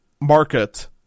market